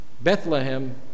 Bethlehem